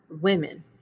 women